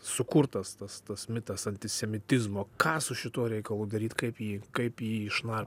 sukurtas tas tas mitas antisemitizmo ką su šituo reikalu daryt kaip jį kaip jį iš na